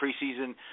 preseason